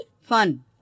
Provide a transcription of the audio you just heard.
Fun